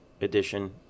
edition